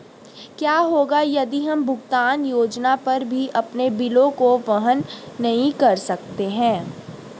क्या होगा यदि हम भुगतान योजना पर भी अपने बिलों को वहन नहीं कर सकते हैं?